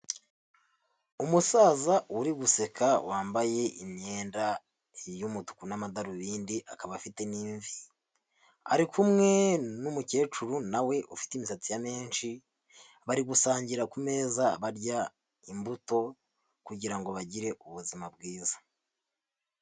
Umusaza uri guseka wambaye imyenda y'umutuku n'amadarubindi akaba afite n'imvi, ari kumwe n'umukecuru na we ufite imisatsi ya menshi, bari gusangira ku meza barya imbuto kugira ngo bagire ubuzima bwiza.